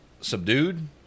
subdued